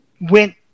went